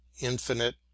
infinite